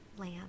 lamb